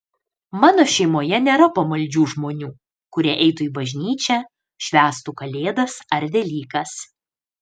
mano šeimoje nėra pamaldžių žmonių kurie eitų į bažnyčią švęstų kalėdas ar velykas